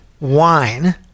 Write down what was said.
wine